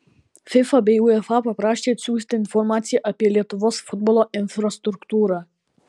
fifa bei uefa paprašė atsiųsti informaciją apie lietuvos futbolo infrastruktūrą